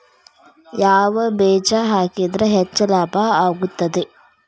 ಯಾವ ಬೇಜ ಹಾಕಿದ್ರ ಹೆಚ್ಚ ಲಾಭ ಆಗುತ್ತದೆ?